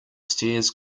stairs